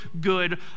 good